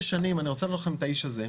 אני רוצה להכיר לכם את האיש הזה,